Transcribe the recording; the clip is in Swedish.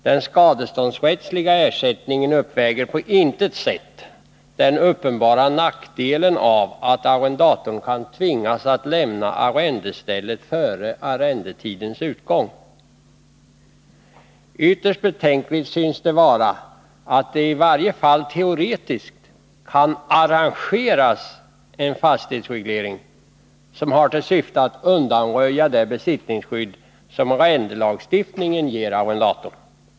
Den skadeståndsrättsliga ersättningen uppväger på intet sätt den uppenbara nackdelen för en arrendator att kunna tvingas lämna arrendestället före arrendetidens utgång. Ytterst betänkligt synes det vara att det i varje fall teoretiskt kan arrangeras en fastighetsreglering som har till syfte att undanröja det besittningsskydd som arrendelagstiftningen ger arrendatorn.